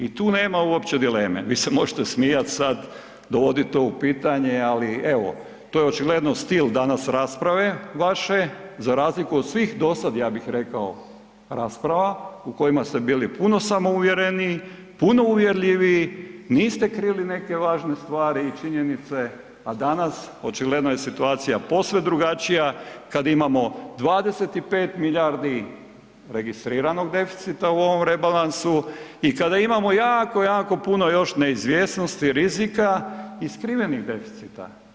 I tu nema uopće dileme, vi se možete smijat sad, dovodi to u pitanje ali evo, to je očigledno stil danas rasprave vaše za razliku od svih do sad ja bih rekao rasprava u kojima ste bili puno samouvjereniji, puno uvjerljiviji, niste krili neke važne stvari i činjenice, a danas očigledno je situacija posve drugačija kad imamo 25 milijardi registriranog deficita u ovom rebalansu i kada imamo jako, jako puno još neizvjesnosti i rizika i skrivenih deficita.